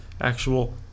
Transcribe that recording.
actual